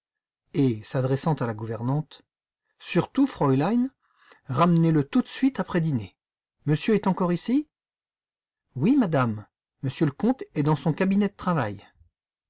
et s'adressant à la gouvernante surtout fraulein ramenez le tout de suite après dîner monsieur est encore ici oui madame monsieur le comte est dans son cabinet de travail